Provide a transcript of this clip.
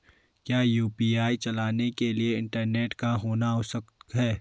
क्या यु.पी.आई चलाने के लिए इंटरनेट का होना आवश्यक है?